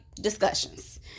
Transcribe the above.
discussions